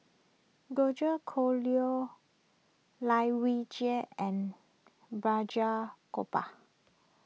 George Collyer Lai Weijie and Balraj Gopal